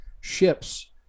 ships